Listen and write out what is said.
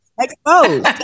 exposed